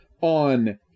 on